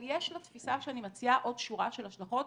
אבל יש לתפיסה שאני מציעה עוד שורה של השלכות.